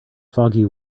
foggy